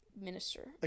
minister